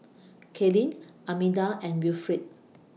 Kaylin Armida and Wilfrid